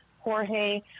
Jorge